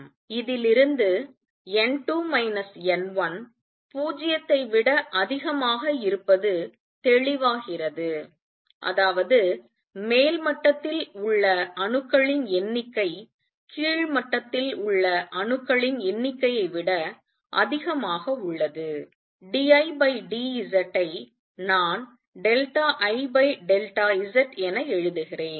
இதிலிருந்து n2 n1 0 ஐ விட அதிகமாக இருப்பது தெளிவாகிறது அதாவது மேல் மட்டத்தில் உள்ள அணுக்களின் எண்ணிக்கை கீழ் மட்டத்தில் உள்ள அணுக்களின் எண்ணிக்கையை விட அதிகமாக உள்ளது d I d Z ஐ நான் IZ என எழுதுகிறேன்